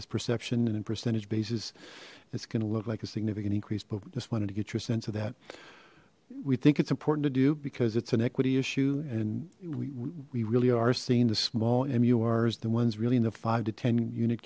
this perception and in percentage basis it's gonna look like a significant increase but we just wanted to get your sense of that we think it's important to do because it's an equity issue and we really are seen the small mu r is the ones really in the five to ten unit